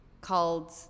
called